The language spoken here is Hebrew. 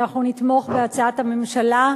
שאנחנו נתמוך בהצעת הממשלה,